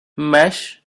mesh